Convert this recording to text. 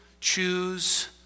choose